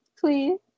Please